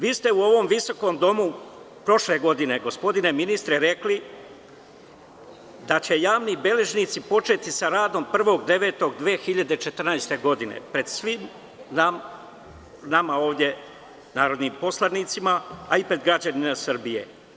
Vi ste u ovom visokom domu prošle godine gospodine ministre rekli da će javni beležnici početi sa radom 1.9.2014. godine, pred svima nama ovde, narodnim poslanicima, a i pred građanima Srbije.